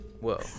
Whoa